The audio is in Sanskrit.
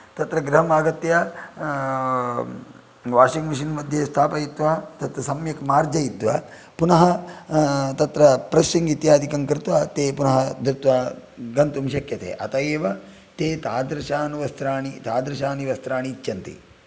तत्र गृहम् आगत्य वाशिङ्ग्मिशिन् मध्ये स्थापयित्वा तत् सम्यक् मार्जयित्वा पुनः तत्र प्रेस्सिंग् इत्यादिकं कृत्वा ते पुनः धृत्वा गन्तुं शक्यते अत एव ते तादृशान् वस्त्राणि तादृशानि वस्त्राणि इच्छन्ति